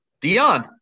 Dion